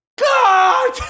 God